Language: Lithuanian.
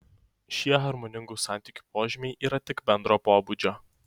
šie harmoningų santykių požymiai yra tik bendro pobūdžio